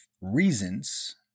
reasons